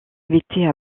invitée